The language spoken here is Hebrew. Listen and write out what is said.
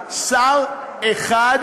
תודה.